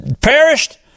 perished